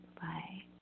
Bye